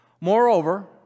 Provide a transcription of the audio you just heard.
Moreover